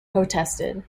protested